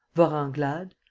vorenglade,